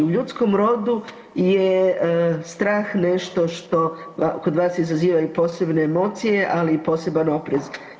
U ljudskom rodu je strah nešto što kod vas izaziva i posebne emocije, ali i poseban oprez.